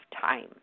time